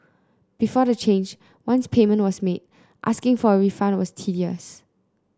before the change once payment was made asking for a refund was tedious